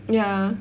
ya